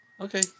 Okay